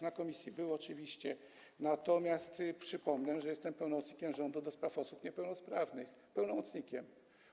Na posiedzeniu komisji był oczywiście, natomiast przypomnę, że jestem pełnomocnikiem rządu do spraw osób niepełnosprawnych - pełnomocnikiem.